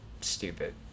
stupid